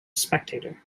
spectator